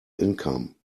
income